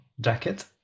jacket